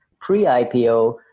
pre-IPO